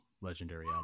legendary